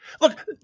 look